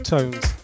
Tones